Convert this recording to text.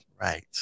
Right